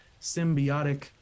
symbiotic